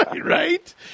Right